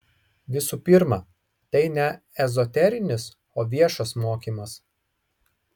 visų pirma tai ne ezoterinis o viešas mokymas